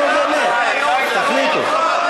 נו, באמת, תחליטו.